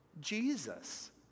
Jesus